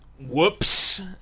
Whoops